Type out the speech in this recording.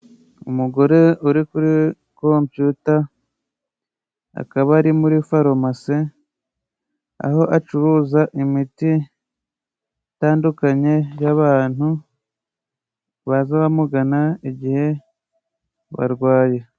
Umugore uri kuri kompiyuta ,akaba ari muri farumasi aho acuruza imiti itandukanye y'abantu baza bamugana igihe barwaye.